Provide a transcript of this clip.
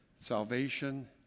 salvation